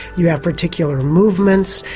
you have particular movements,